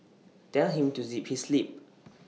tell him to zip his lip